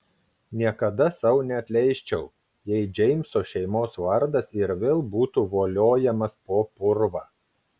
niekada sau neatleisčiau jei džeimso šeimos vardas ir vėl būtų voliojamas po purvą